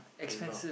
K now